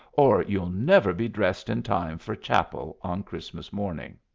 or you'll never be dressed in time for chapel on christmas morning.